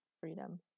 freedom